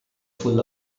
full